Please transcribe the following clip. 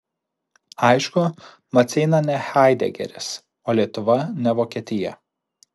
aišku maceina ne haidegeris o lietuva ne vokietija